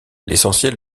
l’essentiel